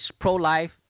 pro-life